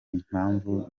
impamvu